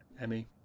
Emmy